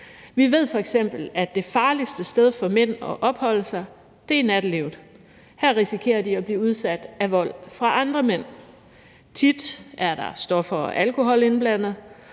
Vi ved f.eks., at det farligste sted for mænd at opholde sig er i nattelivet. Her risikerer de at blive udsat for vold af andre mænd. Tit er der stoffer og alkohol indblandet,